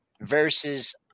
versus